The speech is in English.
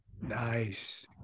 Nice